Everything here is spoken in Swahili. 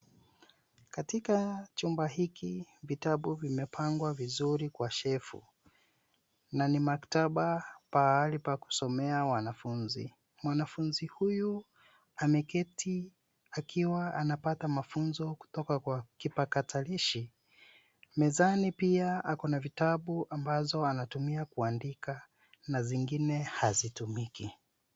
Katika chumba hiki vitabu vimepangwa vizuri kwa shefu na ni maktaba pahali pa kusomea wanafunzi. Mwanafunzi huyu ameketi akiwa anapata mafunzo kutoka kwa kipakatalishi. Mezani pia ako na vitabu ambazo anatumia kuandika na zingine hazitumiki.